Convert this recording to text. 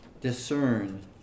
discern